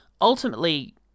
ultimately